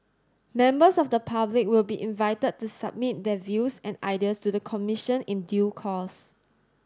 members of the public will be invited to submit their views and ideas to the Commission in due course